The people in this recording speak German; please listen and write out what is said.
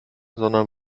sondern